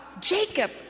Jacob